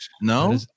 No